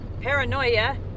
Paranoia